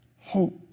hope